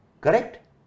Correct